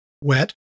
WET